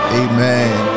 amen